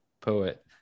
poet